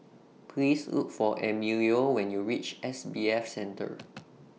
Please Look For Emilio when YOU REACH S B F Center